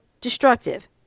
destructive